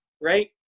right